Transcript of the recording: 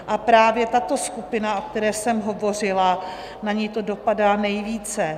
A právě tato skupina, o které jsem hovořila, na ni to dopadá nejvíce.